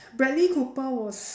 bradley-cooper was